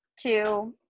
two